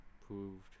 proved